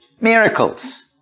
miracles